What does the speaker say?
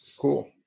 Cool